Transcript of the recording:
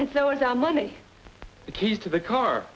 and so is our money the keys to the car